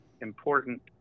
important